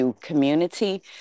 community